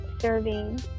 serving